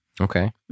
Okay